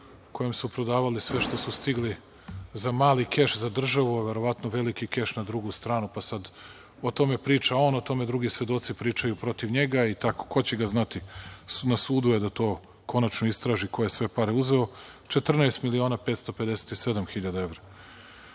kome su prodavali sve što su stigli za mali keš, za državu, verovatno veliki keš na drugu stranu, pa sad o tome priča on, o tome drugi svedoci pričaju protiv njega itd. Ko će ga znati, na sudu je da to konačno istraži ko je sve pare uzeo, 14 miliona 557.000 evra.